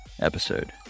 episode